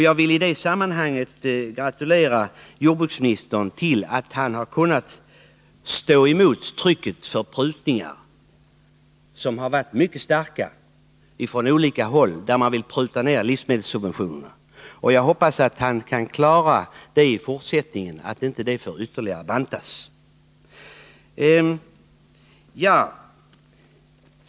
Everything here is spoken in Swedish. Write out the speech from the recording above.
Jag vill i detta sammanhang gratulera jordbruksministern till att han kunnat stå emot kraven på prutningar. Dessa har från olika håll varit mycket starka; man har velat pruta på livsmedelssubventionerna. Jag hoppas att han även i fortsättningen skall kunna klara att livsmedelssubventionerna inte ytterligare bantas.